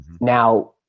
Now